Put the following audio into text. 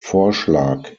vorschlag